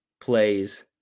plays